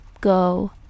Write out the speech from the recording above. go